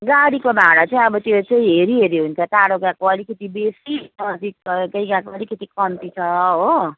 गाडीको भाडा चाहिँ अब त्यो चाहिँ हेरी हेरी हुन्छ टाढो गएको अलिकति बेसी नजिक भयो चाहिँ गएको अलिकति कम्ती छ हो